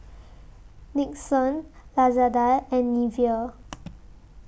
Nixon Lazada and Nivea